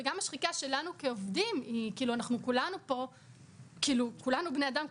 וגם השחיקה שלנו כעובדים כולנו בני אדם,